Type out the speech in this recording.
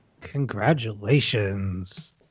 Congratulations